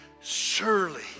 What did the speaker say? Surely